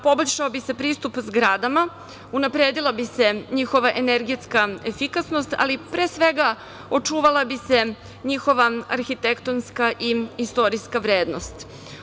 Poboljšao bi se pristup zgradama, unapredila bi se njihova energetska efikasnost, ali pre svega očuvala bi se njihova arhitektonska i istorijska vrednost.